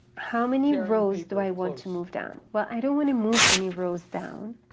how many rows do i want to move down? well, i don't want to move any rows down,